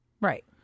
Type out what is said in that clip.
Right